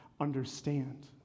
understand